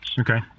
Okay